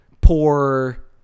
poor